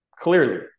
Clearly